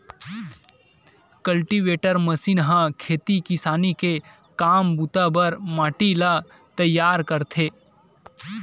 cultivator machine ह खेती किसानी के काम बूता बर माटी ल तइयार करथे